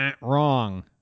Wrong